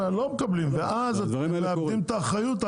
השמן השתנה ואז האדם מאבד את האחריות.